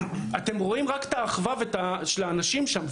אתם רואים רק את האחווה של האנשים שם,